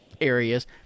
areas